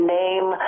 name